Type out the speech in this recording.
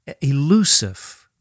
elusive